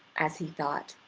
as he thought,